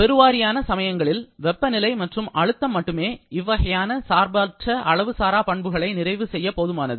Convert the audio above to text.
பெருவாரியான சமயங்களில் வெப்பநிலை மற்றும் அழுத்தம் மட்டுமே இவ்வகையான சார்பற்ற அளவு சாரா பண்புகளை நிறைவு செய்ய போதுமானது